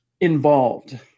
involved